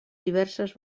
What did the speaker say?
diverses